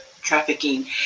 trafficking